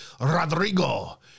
Rodrigo